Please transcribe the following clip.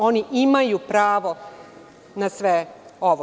Oni imaju pravo na sve ovo.